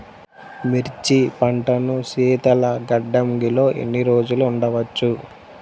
మిర్చి పంటను శీతల గిడ్డంగిలో ఎన్ని రోజులు ఉంచవచ్చు?